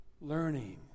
learning